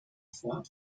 vor